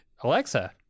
Alexa